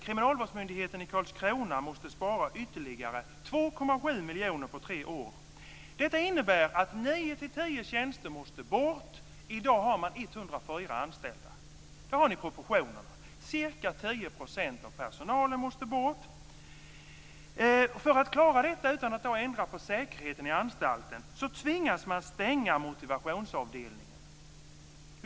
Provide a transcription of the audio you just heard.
Kriminalvårdsmyndigheten i Karlskrona t.ex. måste spara ytterligare 2,7 miljoner på tre år. Detta innebär att 9-10 tjänster måste bort. I dag har man 104 anställda. Där har ni proportionerna. Ca 10 % av personalen måste alltså bort. För att klara detta utan att ändra på säkerheten på anstalten tvingas man stänga motivationsavdelningen.